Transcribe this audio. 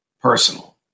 personal